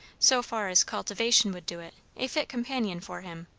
so far as cultivation would do it, a fit companion for him.